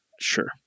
Sure